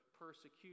persecution